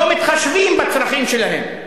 לא מתחשבים בצרכים שלהן.